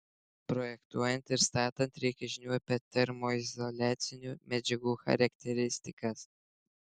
projektuojant ir statant reikia žinių apie termoizoliacinių medžiagų charakteristikas